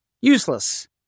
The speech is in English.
Useless